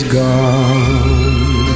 gone